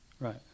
Right